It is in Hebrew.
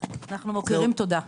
אנחנו מוקירים תודה.